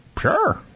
sure